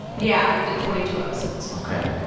yeah. we did twenty two episodes ok.